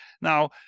Now